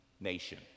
nation